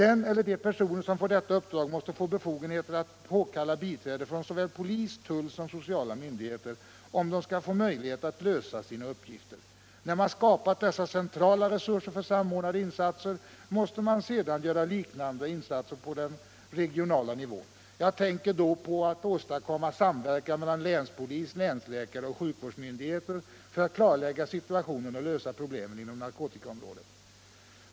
Den eller de personer som får detta uppdrag måste få bes I fogenheter att påkalla biträde från såväl polis och tull som sociala myn Om åtgärder mot digheter om de skall få möjlighet att lösa sina uppgifter. narkotikamissbru Sedan man skapat dessa centrala resurser för samordnade insatser måste = ket man göra liknande insatser på den regionala nivån. Jag tänker då på att åstadkomma samverkan mellan länspolis, länsläkare och sjukvårdsmyndigheter för att klarlägga situationen och lösa problemen inom narkotikaområdet.